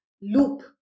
loop